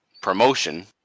promotion